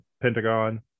Pentagon